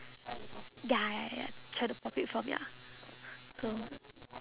ya ya ya try to profit from ya so